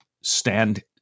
stand